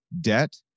debt